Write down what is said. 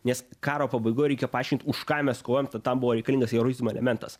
nes karo pabaigoj reikia paaiškint už ką mes kovojom tam buvo reikalingas heroizmo elementas